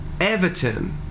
Everton